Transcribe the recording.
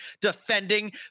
defending